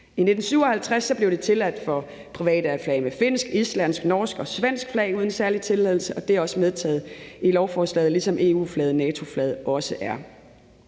I 1957 blev tilladt for private at flage med finsk, islandsk, norsk og svensk flag uden særlig tilladelse, og det er også medtaget i lovforslaget, ligesom EU-flaget og NATO-flaget også er.